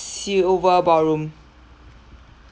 silver ballroom